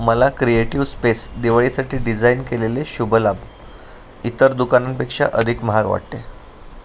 मला creative space दिवाळीसाठी design केलेले शुभलाभ इतर दुकानांपेक्षा अधिक महाग वाटते